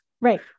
Right